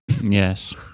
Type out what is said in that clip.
Yes